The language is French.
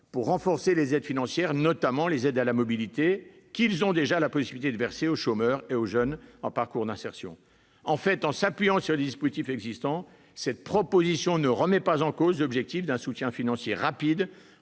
pour renforcer les aides financières, notamment les aides à la mobilité, qu'ils ont déjà la possibilité de verser aux chômeurs et aux jeunes en parcours d'insertion. En s'appuyant sur des dispositifs existants, notre proposition ne remet pas en cause l'objectif d'un soutien financier rapide